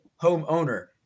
homeowner